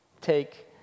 take